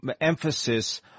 emphasis